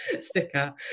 sticker